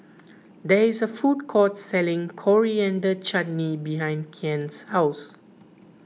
there is a food court selling Coriander Chutney behind Kian's house